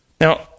Now